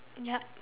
yup